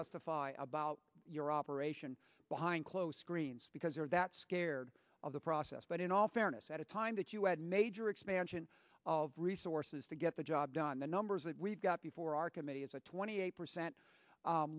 estify about your operation behind closed greens because they're that scared of the process but in all fairness at a time that you had major expansion of resources to get the job done the numbers that we've got before our committee is a twenty eight percent